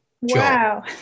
Wow